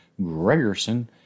Gregerson